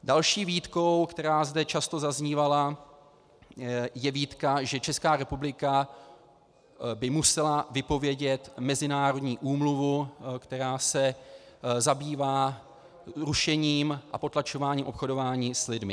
Další výtkou, která zde často zaznívala, je výtka, že Česká republika by musela vypovědět mezinárodní úmluvu, která se zabývá rušením a potlačováním obchodování s lidmi.